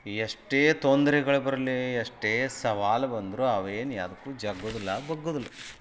ಎಷ್ಟೇ ತೊಂದ್ರೆಗಳ್ ಬರಲಿ ಎಷ್ಟೇ ಸವಾಲು ಬಂದ್ರೂ ಅವ ಏನು ಯಾದ್ಕೂ ಜಗ್ಗೋದಿಲ್ಲ ಬಗ್ಗೋದಿಲ್ಲ